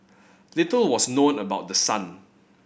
little was known about the son